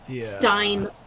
stein